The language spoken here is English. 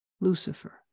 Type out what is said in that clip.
Lucifer